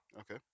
Okay